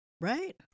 Right